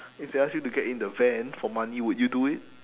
if they ask you get in the van for money would you do it